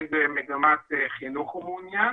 באיזו מגמת חינוך הוא מעוניין